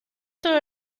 todo